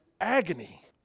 agony